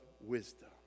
wisdom